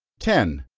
ten.